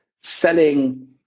selling